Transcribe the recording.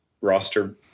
roster